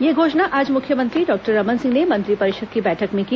यह घोषणा आज मुख्यमंत्री डॉक्टर रमन सिंह ने मंत्रिपरिषद की बैठक में की